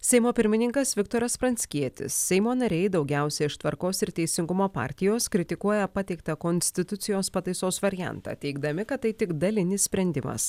seimo pirmininkas viktoras pranckietis seimo nariai daugiausia iš tvarkos ir teisingumo partijos kritikuoja pateiktą konstitucijos pataisos variantą teigdami kad tai tik dalinis sprendimas